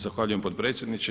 Zahvaljujem potpredsjedniče.